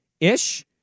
ish